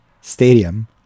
Stadium